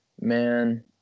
man